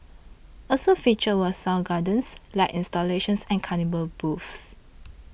also featured were sound gardens light installations and carnival booths